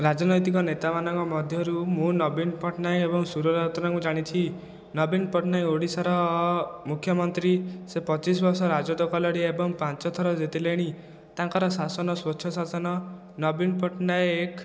ରାଜନୈତିକ ନେତାମାନଙ୍କ ମଧ୍ୟରୁ ମୁଁ ନବୀନ ପଟ୍ଟନାୟକ ଏବଂ ସୁର ରାଉତରାୟକୁ ଜାଣିଛି ନବୀନ ପଟ୍ଟନାୟକ ଓଡ଼ିଶାର ମୁଖ୍ୟମନ୍ତ୍ରୀ ସେ ପଚିଶ ବର୍ଷ ରାଜତ୍ୱ କଲେଣି ଏବଂ ପାଞ୍ଚ ଥର ଜିତିଲେଣି ତାଙ୍କର ଶାସନ ସ୍ୱଚ୍ଛ ଶାସନ ନବୀନ ପଟ୍ଟନାୟକ